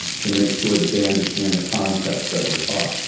to make sure that they understand the concepts that were taught.